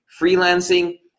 freelancing